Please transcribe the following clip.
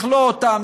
לכלוא אותם,